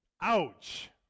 ouch